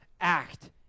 act